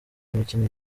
imikino